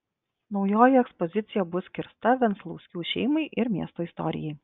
naujoji ekspozicija bus skirta venclauskių šeimai ir miesto istorijai